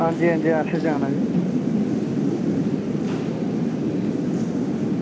आं जी आं जी असें जाना ई